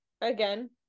Again